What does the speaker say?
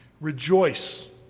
rejoice